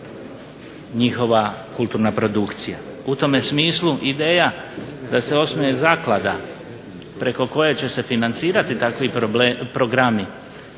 njihova kulturna produkcija. U tome smislu ideja da se osnuje zaklada preko koje će se financirati takvi programi